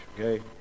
Okay